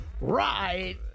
Right